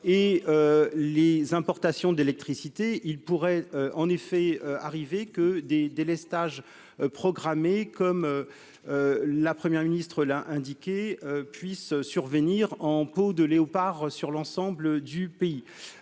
et les importations d'électricité, il pourrait en effet arriver que des délestages programmé comme la première ministre l'a indiqué puisse survenir en peau de léopard sur l'ensemble du pays